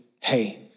hey